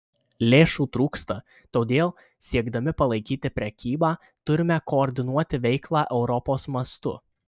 lėšų trūksta todėl siekdami palaikyti prekybą turime koordinuoti veiklą europos mastu